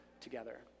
together